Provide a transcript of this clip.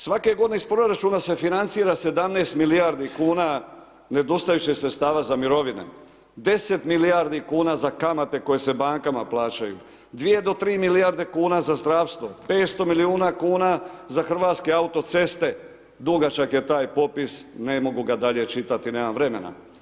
Svake godine iz proračuna se financira 17 milijardi kuna nedostajućih sredstava za mirovine, 10 milijardi kuna za kamate koje se bankama plaćaju, 2 do 3 milijarde kuna za zdravstvo, 500 milijuna kuna za Hrvatske autoceste, dugačak je taj popis ne mogu dalje čitati, nemam vremena.